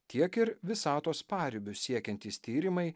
tiek ir visatos paribius siekiantys tyrimai